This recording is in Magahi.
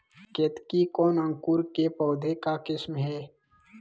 केतकी कौन अंकुर के पौधे का किस्म है?